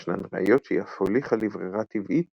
וישנן ראיות שהיא אף הוליכה לברירה טבעית